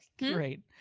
great,